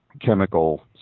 chemical